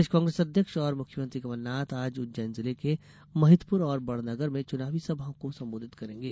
प्रदेश कांग्रेस अध्यक्ष और मुख्यमंत्री कमलनाथ आज उज्जैन जिले के महिदपुर और बड़नगर में चुनावी सभाओं को संबोधित करेंगे